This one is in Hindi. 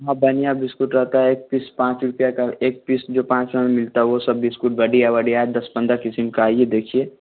हाँ बढ़िया बिस्कुट रहता है एक पीस पाँच रुपया का एक पीस जो पाँच में मिलता है वो सब भी बिस्कुट बढ़िया बढ़िया दस पन्द्रह किस्म का आइए देखिए